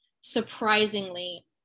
surprisingly